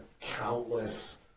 countless